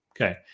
Okay